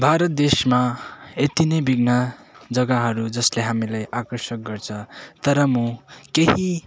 भारत देशमा यत्ति नै बिघ्न जग्गाहरू जसले हामीलाई आकर्षक गर्छ तर म केही